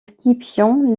scipion